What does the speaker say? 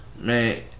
Man